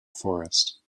forest